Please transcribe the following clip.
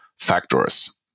factors